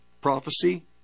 prophecy